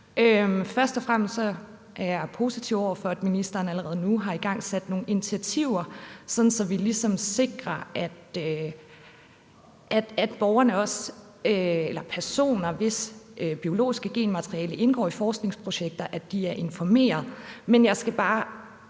først og fremmest er jeg positiv over for, at ministeren allerede nu har igangsat nogle initiativer, sådan at vi ligesom sikrer, at personer, hvis biologiske genmateriale indgår i forskningsprojekter, er informeret.